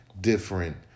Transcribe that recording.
different